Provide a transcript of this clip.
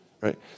right